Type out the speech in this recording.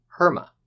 Herma